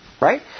Right